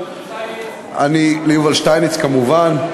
לשטייניץ כמובן,